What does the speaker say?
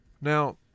Now